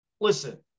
listen